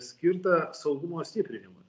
skirta saugumo stiprinimui